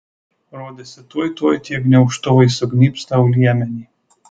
rodėsi tuoj tuoj tie gniaužtu vai sugnybs tau liemenį